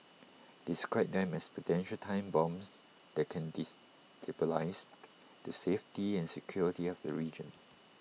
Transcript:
described them as potential time bombs that can destabilise the safety and security of the region